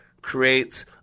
creates